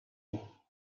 ﮐﺸﯿﺪﯾﻢ